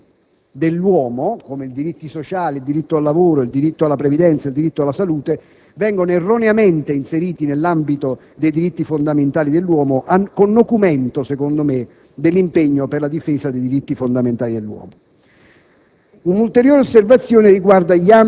Intendo dire che spesso alcuni diritti dell'uomo, come i diritti sociali, il diritto al lavoro, alla previdenza e alla salute, vengono erroneamente inseriti nell'ambito dei diritti fondamentali dell'uomo, con nocumento, secondo me, dell'impegno per la difesa dei diritti fondamentali dell'uomo.